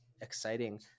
exciting